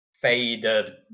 faded